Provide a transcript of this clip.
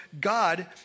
God